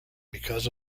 because